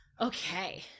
Okay